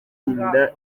indwara